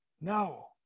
No